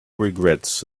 regrets